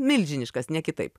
milžiniškas ne kitaip